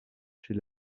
chez